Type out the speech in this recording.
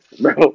bro